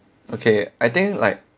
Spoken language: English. okay I think like